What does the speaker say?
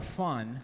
fun